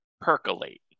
percolate